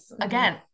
again